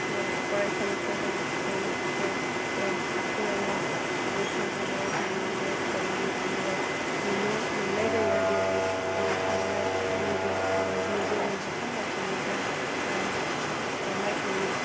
फरायसालिफोरजों लोगोसे माखासे साख्रिआवला सुबुंफोर जोङो जोंनि बे उदालगुरि जिल्लायाव नुनो मोन्नाय जायो जेरै थांनाय नैबे नैजौ नैजिथाम मायथाइनि जा मायथाइनि